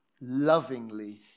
lovingly